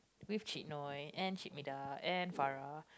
with Cik Noy and Cik Bedah and Farah